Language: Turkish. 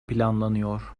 planlanıyor